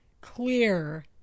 clear